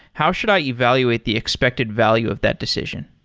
how should i evaluate the expected value of that decision?